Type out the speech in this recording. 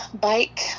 Bike